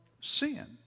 sin